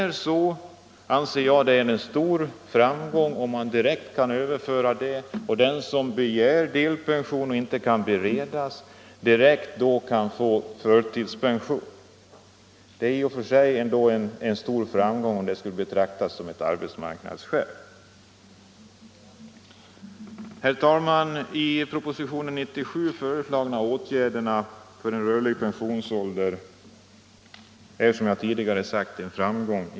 Jag anser att det är en stor framgång om en arbetare i en sådan situation direkt kan få förtidspension. Det är i och för sig en stor framgång om detta skulle betraktas som ett arbetsmarknadsskäl. Herr talman! De i propositionen 97 föreslagna åtgärderna för en rörlig pensionsålder är, som jag tidigare sagt, en framgång.